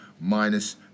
minus